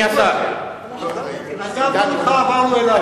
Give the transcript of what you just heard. עזבנו אותך, עברנו אלי.